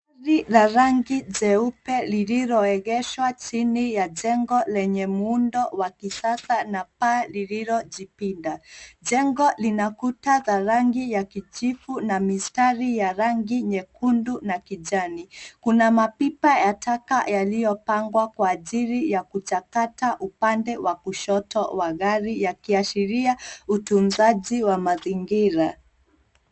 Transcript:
Gari la rangi jeupe liloegeshwa chini ya jengo, enye muundo wa kisasa na paa liliojipinda. Jengo lina kuta za rangi ya kijivu na mistari ya rangi nyekundu na kijani. Kuna mapipa ya taka yaliyopangwa kwa ajili ya kuchakata kwa upande wa kushoto wa gari yakiashiria utunzaji wa mazingira.